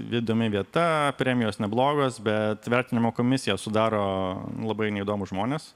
įdomi vieta premijos neblogas bet vertinimo komisiją sudaro labai neįdomūs žmonės